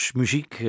muziek